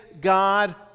God